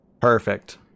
Perfect